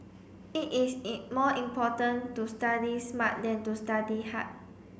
it is more important to study smart than to study hard